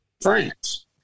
France